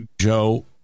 Joe